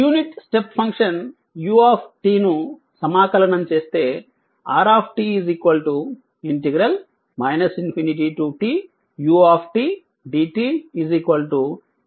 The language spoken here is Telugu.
యూనిట్ స్టెప్ ఫంక్షన్ u ను సమాకలనం చేస్తే r ∞t u dt t u